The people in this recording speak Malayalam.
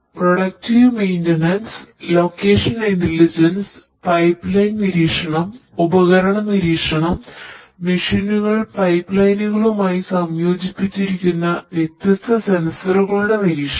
predictive maintenance location intelligence pipeline നിരീക്ഷണം ഉപകരണ നിരീക്ഷണം മെഷീനുകൾ പൈപ്പ് ലൈനുകളുമായി സംയോജിപ്പിച്ചിരിക്കുന്ന വ്യത്യസ്ത സെൻസറുകളുടെ നിരീക്ഷണം